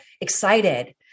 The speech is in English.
excited